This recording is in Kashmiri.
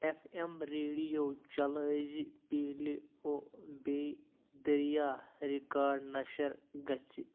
ایف ایم ریڈیو چلٲے زِ ییٚلہِ او بیٚیہِ دٔرٛیا ریکارڈ نشَر گژھِ